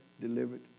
delivered